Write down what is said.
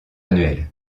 annuel